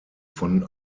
von